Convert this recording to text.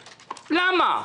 למה?